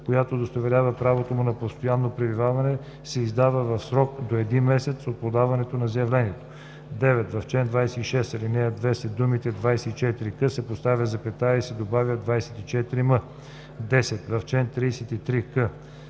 която удостоверява правото му на постоянно пребиваване, се издава в срок до един месец от подаване на заявлението.“ 9. В чл. 26, ал. 2 след думите „24к“ се поставя запетая и се добавя „24м“. 10. В чл. 33к: